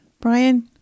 Brian